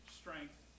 strength